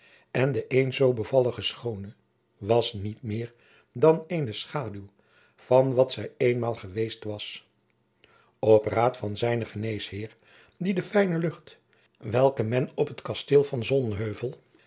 en de eens zoo bevallige schoone was niet meer dan eene schaduw van wat zij eenmaal geweest was op raad van zijnen geneesheer die de fijne lucht welke men op het kasteel van sonheuvel